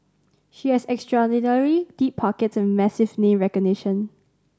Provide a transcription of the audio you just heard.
she has extraordinarily deep pockets and massive name recognition